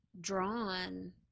drawn